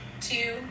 two